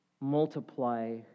multiply